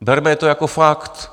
Berme to jako fakt.